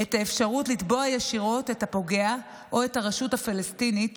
את האפשרות לתבוע ישירות את הפוגע או את הרשות הפלסטינית,